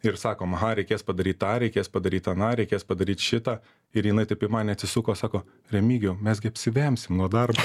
ir sakom aha reikės padaryt tą reikės padaryt aną reikės padaryt šitą ir jinai taip į mane atsisuko ir sako remigijau mes gi apsivemsim nuo darbo